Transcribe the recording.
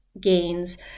gains